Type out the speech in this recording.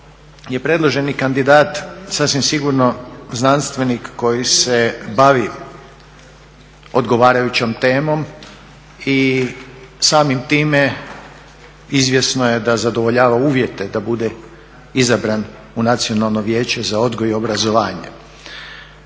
je predloženi kandidat sasvim sigurno znanstvenik koji se bavi odgovarajućom temom i samim time izvjesno je da zadovoljava uvjete da bude izabran u Nacionalno vijeće za odgoj i obrazovanje.